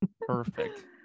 Perfect